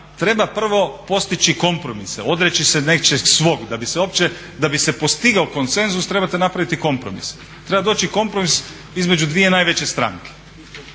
treba prvo postići kompromise, odreći se nečeg svog da bi se uopće, da bi se postigao konsenzus trebate napraviti kompromis. Treba doći kompromis između dvije najveće stranke.